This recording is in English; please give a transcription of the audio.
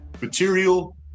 material